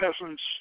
peasants